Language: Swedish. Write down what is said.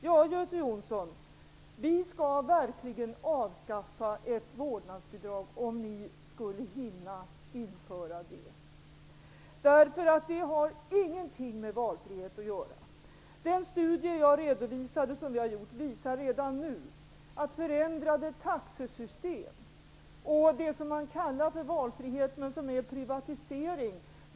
Ja, Göte Jonsson, vi skall verkligen avskaffa ert vårdnadsbidrag, om ni skulle hinna införa det. Vårdnadsbidraget har ingenting med valfrihet att göra. Den redovisade studien som vi har gjort visar att det skulle bli förändrade taxesystem. Det som kallas för valfrihet är privatisering.